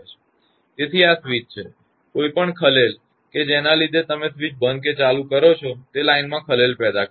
તેથી આ સ્વિચ છે અને કોઈપણ ખલેલ કે જેના લીધે તમે સ્વિચ બંધ કે ચાલુ કરો છો તે લાઇનમાં ખલેલ પેદા કરશે